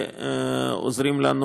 עוזרים לנו